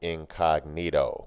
Incognito